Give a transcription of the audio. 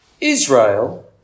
Israel